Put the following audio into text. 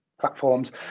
platforms